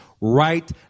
right